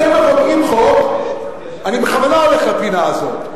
אתם מחוקקים חוק, אני בכוונה הולך לפינה הזאת,